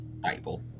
Bible